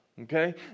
Okay